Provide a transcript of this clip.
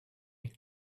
and